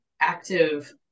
active